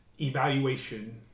evaluation